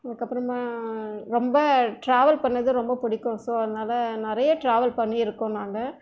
அதுக்கப்புறமா ரொம்ப ட்ராவல் பண்ணிணது ரொம்ப பிடிக்கும் ஸோ அதனால் நிறைய ட்ராவல் பண்ணியிருக்கோம் நாங்கள்